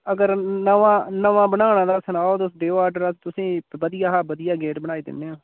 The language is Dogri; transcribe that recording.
अगर नमां नमां बनाना तां सनाओ तुस देओ आर्डर अस तुसें ई बधिया शा बधिया गेट बनाई दिन्ने आं